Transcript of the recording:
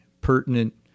pertinent